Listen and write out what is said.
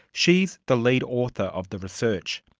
she's the lead author of the research.